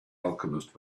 alchemist